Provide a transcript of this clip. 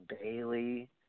Bailey